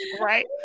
Right